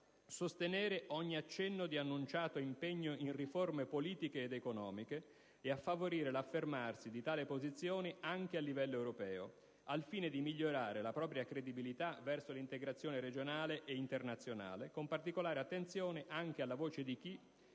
sostenere ogni accenno di annunciato impegno in riforme politiche ed economiche, e a favorire l'affermarsi di tale posizione anche a livello europeo, al fine di migliorare la propria credibilità verso l'integrazione regionale e internazionale, con particolare attenzione anche alle voci di chi,